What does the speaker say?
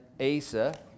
Asa